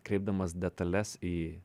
kreipdamas detales į